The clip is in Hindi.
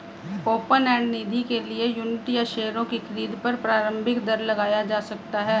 ओपन एंड निधि के लिए यूनिट या शेयरों की खरीद पर प्रारम्भिक दर लगाया जा सकता है